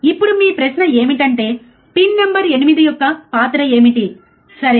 ఇప్పుడు మీ ప్రశ్న ఏమిటంటే పిన్ నంబర్ 8 యొక్క పాత్ర ఏమిటి సరే